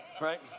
Right